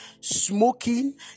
smoking